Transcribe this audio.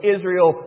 Israel